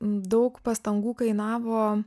daug pastangų kainavo